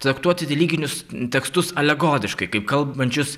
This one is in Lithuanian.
traktuoti religinius tekstus alegoriškai kaip kalbančius